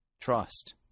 Trust